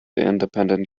independent